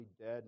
dead